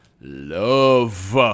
love